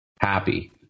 happy